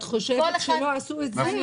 את חושבת שלא עשו את זה?